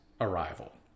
arrival